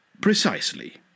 Precisely